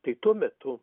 tai tuo metu